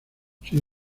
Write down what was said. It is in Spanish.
sin